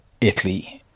Italy